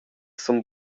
sun